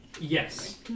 Yes